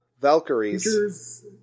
Valkyries